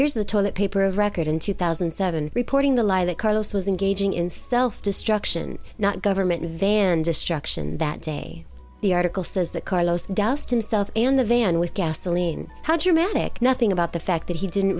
ryan here's the toilet paper of record in two thousand and seven reporting the lie that carlos was engaging in self destruction not government van destruction that day the article says that carlos dust himself in the van with gasoline how dramatic nothing about the fact that he didn't